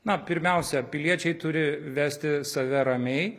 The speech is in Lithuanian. na pirmiausia piliečiai turi vesti save ramiai